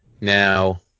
Now